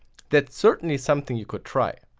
that's certainly something you could try.